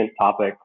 topic